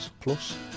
plus